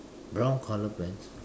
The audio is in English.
brown colour pants